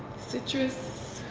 citrus.